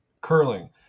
Curling